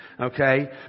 Okay